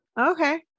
Okay